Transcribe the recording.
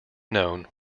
known